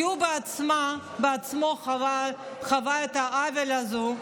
כי הוא בעצמו חווה את העוול הזה,